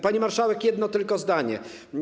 Pani marszałek, jedno tylko zdanie.